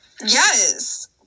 Yes